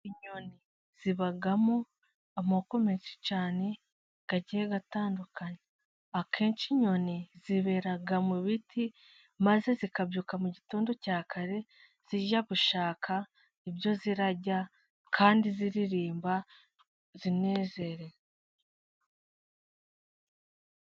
Inyoni zibamo amoko menshi cyane agiye atandukanye. Akenshi inyoni zibera mu biti, maze zikabyuka mu gitondo cya kare zijya gushaka ibyo zirarya, kandi ziririmba zinezerewe.